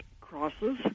crosses